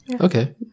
okay